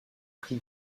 pris